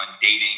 dating